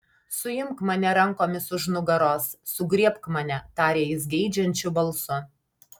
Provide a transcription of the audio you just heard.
suimk mane rankomis už nugaros sugriebk mane tarė jis geidžiančiu balsu